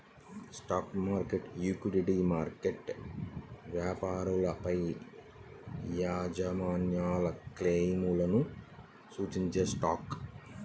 stock market, equity market వ్యాపారాలపైయాజమాన్యక్లెయిమ్లను సూచించేస్టాక్